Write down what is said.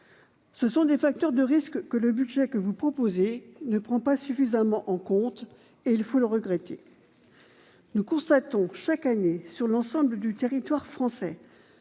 Ce sont des facteurs de risque que le budget que vous proposez ne prend pas suffisamment en compte, monsieur le ministre, ce qu'il faut regretter. Nous constatons, chaque année, sur l'ensemble du territoire français